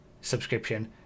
subscription